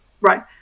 Right